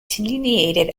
delineated